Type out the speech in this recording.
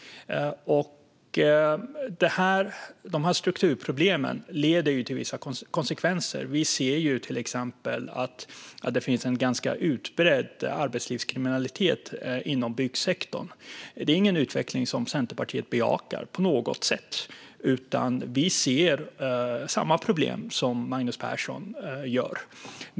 Dessa strukturproblem får vissa konsekvenser. Vi ser till exempel att det finns en ganska utbredd arbetslivskriminalitet inom byggsektorn. Detta är inte en utveckling som Centerpartiet bejakar på något sätt, utan vi ser samma problem som Magnus Persson.